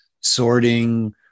sorting